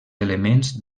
elements